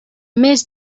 més